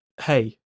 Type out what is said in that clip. hey